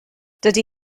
dydy